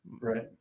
right